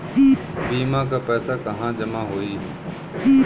बीमा क पैसा कहाँ जमा होई?